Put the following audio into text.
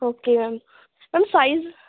okay ma'am ma'am size